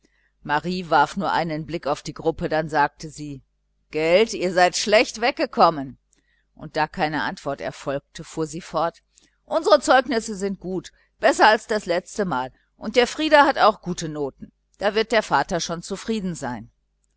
marie warf nur einen blick auf die gruppe dann sagte sie gelt ihr seid schlecht weggekommen und da keine antwort erfolgte fuhr sie fort unsere zeugnisse sind gut besser als das letztemal und der frieder hat auch gute noten dann wird der vater schon zufrieden sein